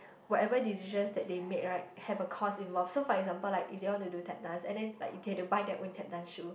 whatever decisions that they made right have a cost involved so for example like if they want to do Tap dance and then like they have to buy their own Tap dance shoe